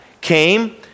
came